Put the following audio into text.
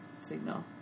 signal